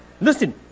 Listen